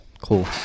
cool